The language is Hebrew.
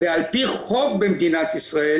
ועל פי חוק במדינת ישראל